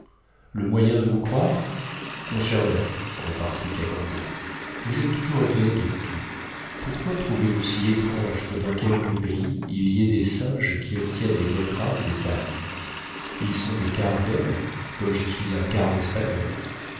le moyen de vous croire mon cher maître repartit cacambo vous êtes toujours étonné de tout pourquoi trouvez-vous si étrange que dans quelques pays il y ait des singes qui obtiennent les bonnes grâces des dames ils sont des quarts d'homme comme je suis un quart d'espagnol